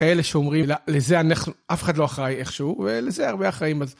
אלה שאומרים, לזה אף אחד לא אחראי איכשהו, ולזה הרבה אחראים.